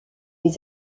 les